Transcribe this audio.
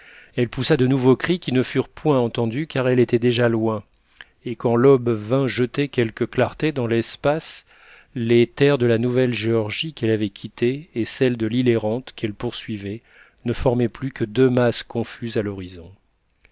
elle poussa de nouveaux cris qui ne furent point entendus car elle était déjà loin et quand l'aube vint jeter quelque clarté dans l'espace les terres de la nouvelle georgie qu'elle avait quittées et celles de l'île errante qu'elle poursuivait ne formaient plus que deux masses confuses à l'horizon